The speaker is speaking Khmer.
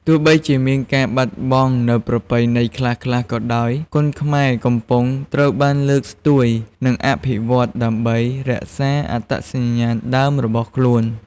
ទោះបីជាមានការបាត់បង់នូវប្រពៃណីខ្លះៗក៏ដោយ គុនខ្មែរកំពុងត្រូវបានលើកស្ទួយ និងអភិវឌ្ឍន៍ដើម្បីរក្សាអត្តសញ្ញាណដើមរបស់ខ្លួន។